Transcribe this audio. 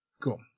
Cool